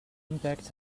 impact